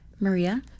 maria